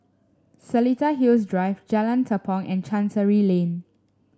Seletar Hills Drive Jalan Tepong and Chancery Lane